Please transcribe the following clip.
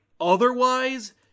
otherwise